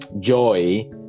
joy